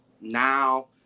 now